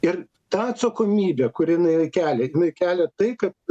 ir ta atsakomybė kuri nuėjo į kelią jinai kelia tai kad